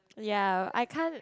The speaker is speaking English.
ya I can't